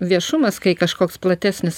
viešumas kai kažkoks platesnis